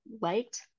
liked